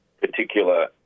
particular